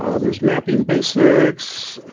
ah there's mapping basics